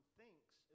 thinks